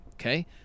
Okay